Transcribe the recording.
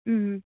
उम्